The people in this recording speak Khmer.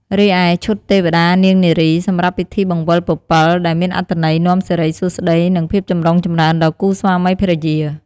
រីឯ ឈុតទេវតានាងនារី សម្រាប់ពិធីបង្វិលពពិល ដែលមានអត្ថន័យនាំសិរីសួស្តី និងភាពចម្រុងចម្រើនដល់គូស្វាមីភរិយា។